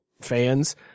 fans